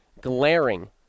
glaring